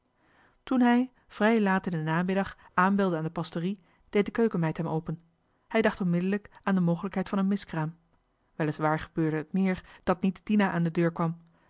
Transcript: toen hij vrij laat in den namiddag aanbelde aan de pastorie deed de keukenmeid hem open hij dacht onmiddellijk aan de mogelijkheid van een miskraam weliswaar gebeurde het meer dat niet dina aan de deur kwam